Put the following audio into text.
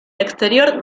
exterior